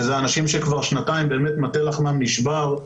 ואלה אנשים שכבר שנתיים מטה לחמם נשבר.